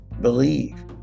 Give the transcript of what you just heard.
Believe